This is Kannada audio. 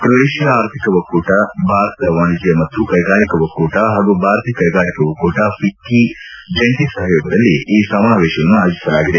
ಕ್ರೊಯೇಷಿಯಾ ಆರ್ಥಿಕ ಒಕ್ಕೂಟ ಭಾರತದ ವಾಣಿಜ್ಯ ಮತ್ತು ಕೈಗಾರಿಕಾ ಒಕ್ಕೂಟ ಹಾಗೂ ಭಾರತೀಯ ಕೈಗಾರಿಕಾ ಒಕ್ಷೂಟ ಫಿಕ್ಕೆ ಜಂಟಿ ಸಹಯೋಗದಲ್ಲಿ ಈ ಸಮಾವೇಶವನ್ನು ಆಯೋಜಿಸಲಾಗಿದೆ